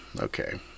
Okay